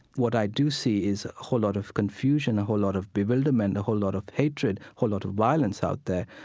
what i do see is a whole lot of confusion, a whole lot of bewilderment, a whole lot of hatred, a whole lot of violence out there.